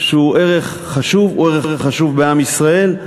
שהוא ערך חשוב, הוא ערך חשוב בעם ישראל.